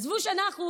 עזבו שאנחנו,